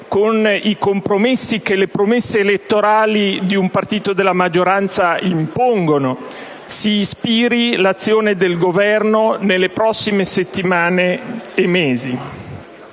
con i compromessi che le promesse elettorali di un partito della maggioranza impongono, si ispiri l'azione del Governo nelle prossime settimane e mesi.